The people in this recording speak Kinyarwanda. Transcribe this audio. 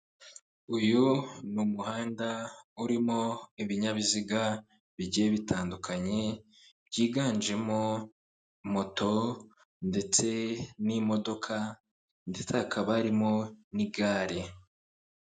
Uyu ni umuhanda urimo ibinyabiziga bigiye bitandukanye byiganjemo moto ndetse n'imodoka ndetse hakaba harimo n'igare.